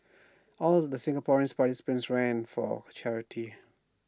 all the Singaporean participants ran for charity